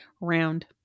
round